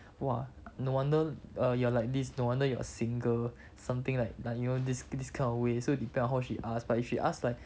you are like this no wonder you're single something like you know this this kind of way so depend on how she asked but if she ask like